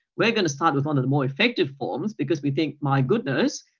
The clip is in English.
we're going to start with one of the more effective forms because we think, my goodness,